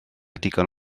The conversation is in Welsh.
digon